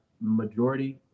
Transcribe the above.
majority